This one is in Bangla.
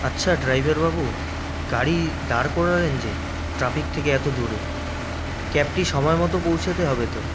আচ্ছা ড্রাইভারবাবু গাড়ি দাঁড় করালেন যে ট্রাফিক থেকে এত দূরে ক্যাবটি সময়মতো পৌঁছতে হবে তো